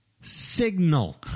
signal